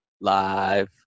live